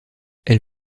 elle